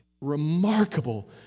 Remarkable